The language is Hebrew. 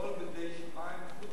הכול בידי שמים חוץ